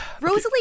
Rosalie